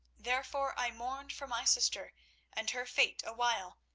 therefore i mourned for my sister and her fate awhile,